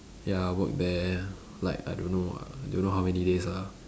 ya I work there like I don't know I don't know how many days ah